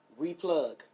replug